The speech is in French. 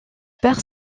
par